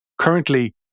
Currently